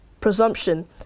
presumption